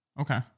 Okay